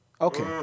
Okay